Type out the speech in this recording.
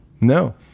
No